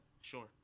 Sure